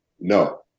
no